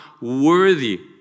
worthy